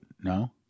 No